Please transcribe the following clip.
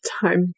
time